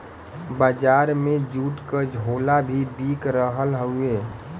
बजार में जूट क झोला भी बिक रहल हउवे